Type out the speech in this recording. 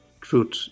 truth